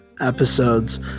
episodes